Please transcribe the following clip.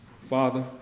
Father